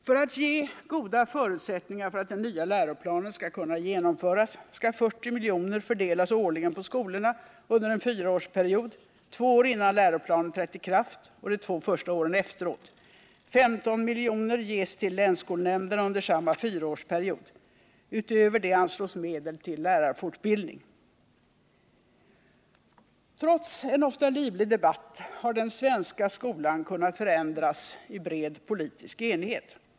För att ge goda förutsättningar för att den nya läroplanen skall kunna genomföras skall 40 miljoner fördelas årligen på skolorna under en fyraårsperiod, två år innan läroplanen trätt i kraft och de två första åren efteråt. 15 miljoner ges till länsskolnämnderna under samma fyraårsperiod. Utöver det anslås medel till lärarfortbildning. Trots en ofta livlig debatt har den svenska skolan kunnat förändras i bred politisk enighet.